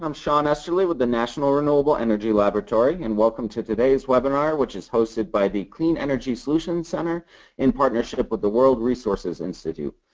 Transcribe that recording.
um sean esterly with the national renewable energy laboratory. and welcome to today's webinar, which is hosted by the clean energy solutions center in partnership with the world resources institute.